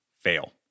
fail